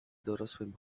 dorosłym